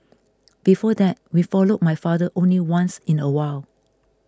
before that we followed my father only once in a while